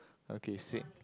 okay same